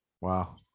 Wow